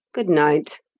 good night!